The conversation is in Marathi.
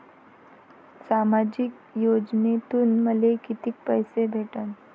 सामाजिक योजनेतून मले कितीक पैसे भेटन?